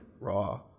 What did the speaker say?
raw